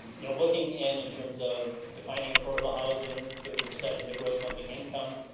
yeah looking in in terms of defining affordable housing, thirty percent of the gross monthly income.